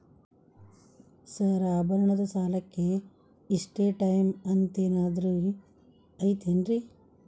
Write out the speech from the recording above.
Sir ಆಭರಣದ ಸಾಲಕ್ಕೆ ಇಷ್ಟೇ ಟೈಮ್ ಅಂತೆನಾದ್ರಿ ಐತೇನ್ರೇ?